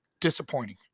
disappointing